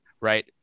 Right